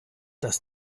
das